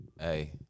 Hey